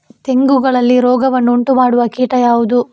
ತೆಂಗುಗಳಲ್ಲಿ ರೋಗವನ್ನು ಉಂಟುಮಾಡುವ ಕೀಟ ಯಾವುದು?